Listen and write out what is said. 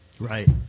Right